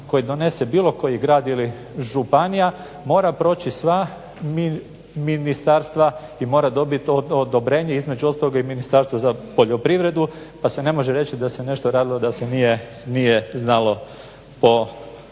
koji donese bilo koji grad ili županija mora proći sva ministarstva i mora dobit odobrenje između ostaloga i Ministarstva za poljoprivredu, pa se ne može reći da se nešto radilo da se nije znalo po tome.